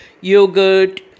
yogurt